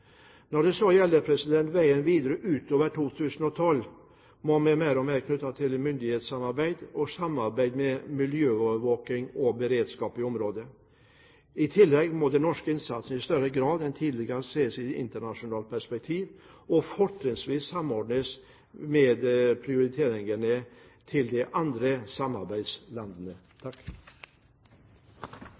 Når det så gjelder veien videre utover 2012, må den mer og mer knyttes til myndighetssamarbeid og samarbeid om miljøovervåking og beredskap i området. I tillegg må den norske innsatsen i større grad enn tidligere ses i et internasjonalt perspektiv, og fortrinnsvis samordnes med prioriteringene til de andre samarbeidslandene.